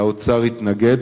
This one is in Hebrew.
האוצר התנגד,